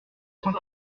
cent